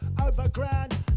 Overground